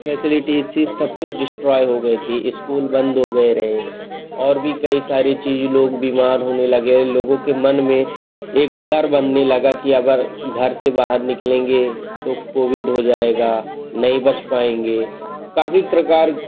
facility थी सब कुछ डिस्ट्रॉय हो गई थी इस्कूल बंद हो गए रहे और भी कई सारी चीज़ लोग बीमार होने लगे लोगों के मन में एक डर बनने लगा कि अगर घर से बाहर निकलेंगे तो कोविड हो जाएगा नहीं बच पाएंगे काफ़ी प्रकार